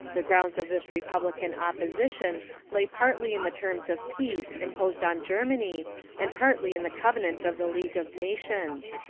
the grounds of this republican opposition lay partly in the terms of peace imposed on germany and partly in the covenant of the league of nations.